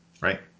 right